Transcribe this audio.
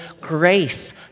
grace